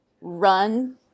run